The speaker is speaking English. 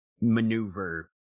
maneuver